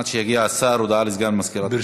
עד שיגיע השר, הודעה לסגן מזכירת הכנסת.